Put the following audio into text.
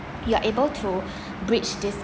you are able to bridge this